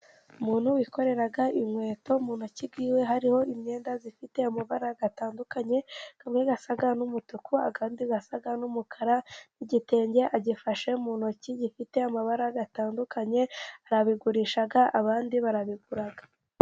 Umuntu wikorera inkweto mu ntoki ze hariho imyenda ifite amabara atandukanye imwe isa n'umutuku, indi isa n'umukara, n'igitenge agifashe mu ntoki, gifite amabara atandukanye arabigurisha abandi barabigura.